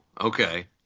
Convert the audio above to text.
okay